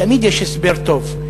תמיד יש הסבר טוב,